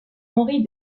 henry